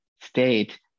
state